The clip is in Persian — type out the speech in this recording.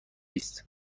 است